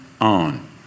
on